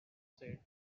said